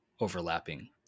overlapping